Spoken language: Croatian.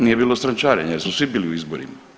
Nije bilo strančarenja jer smo svi bili u izborima.